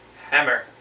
Hammer